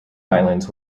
islands